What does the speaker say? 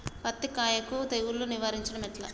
పత్తి కాయకు తెగుళ్లను నివారించడం ఎట్లా?